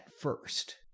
first